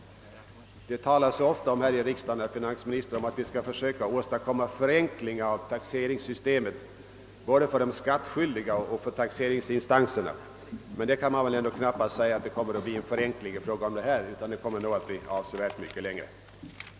Det talas ofta här i riksdagen om att vi skall försöka åstadkomma förenkling av taxeringssystemet både för de skattskyldiga och för taxeringsmyndigheterna, Att den här saken skulle innebära en förenkling kan man väl knappast säga. Den kommer tvärtom att innebära mer krångel.